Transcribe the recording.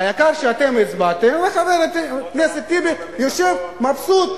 העיקר שאתם הצבעתם, וחבר הכנסת טיבי יושב מבסוט,